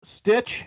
Stitch